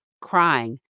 crying